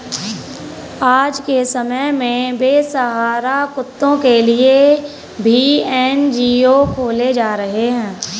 आज के समय में बेसहारा कुत्तों के लिए भी एन.जी.ओ खोले जा रहे हैं